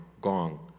gong